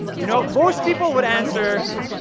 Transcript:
you know, most people would answer,